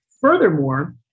Furthermore